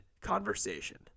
conversation